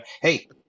hey